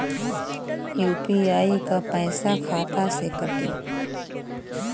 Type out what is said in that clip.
UPI क पैसा खाता से कटी?